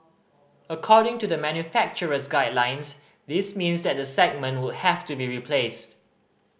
according to the manufacturer's guidelines this means that the segment would have to be replaced